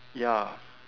ya